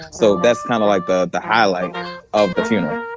so that's kind of, like, the the highlight of the funeral